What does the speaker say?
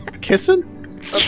kissing